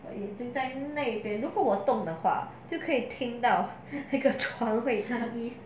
我眼镜在那边如果我动的话就可以听到那个床会会发出声音